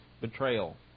betrayal